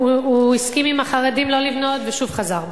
הוא הסכים עם החרדים לא לבנות, ושוב חזר בו.